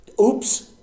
Oops